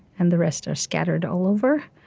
and the rest are scattered all over.